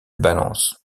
balance